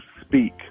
speak